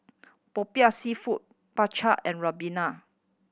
Popiah Seafood Bak Chang and ribena